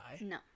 No